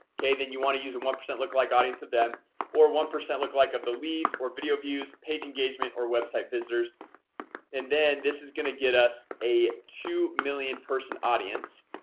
okay? then you want to use one percent look like audience of them or one percent look like a belize or video views page engagement or website visitors and then this is going to get us a two million person audience